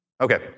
Okay